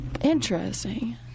Interesting